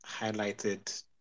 highlighted